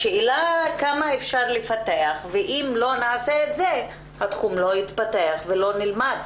השאלה כמה אפשר לפתח ואם לא נעשה את זה התחום לא יתפתח ולא נלמד